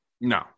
no